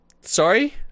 sorry